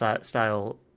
style